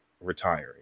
retiring